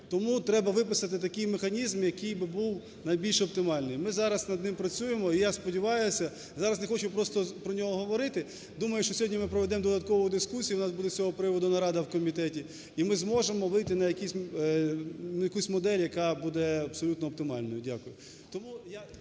Тому треба виписати такий механізм, який би був найбільш оптимальний. Ми зараз над ним працюємо і, я сподіваюся, зараз не хочу просто про нього говорити, думаю, що сьогодні ми проведемо додаткову дискусію і в нас буде з цього приводу нарада в комітеті, і ми зможемо вийти на якусь модель, яка буде абсолютно оптимальною. Дякую.